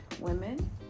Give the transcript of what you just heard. women